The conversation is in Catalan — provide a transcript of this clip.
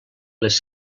les